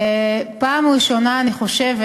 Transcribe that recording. הפעם הראשונה, אני חושבת,